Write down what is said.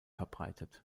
verbreitet